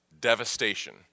devastation